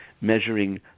measuring